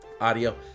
audio